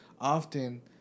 often